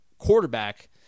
quarterback